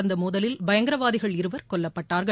நடந்த பயங்கரவாதிகள் இருவர் கொல்லப்பட்டார்கள்